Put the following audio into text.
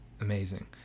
Amazing